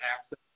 access